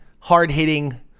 hard-hitting